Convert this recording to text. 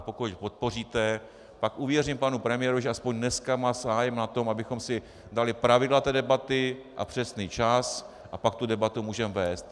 Pokud ho podpoříte, pak uvěřím panu premiérovi, že aspoň dneska má zájem na tom, abychom si dali pravidla té debaty a přesný čas, a pak tu debatu můžeme vést.